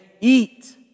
eat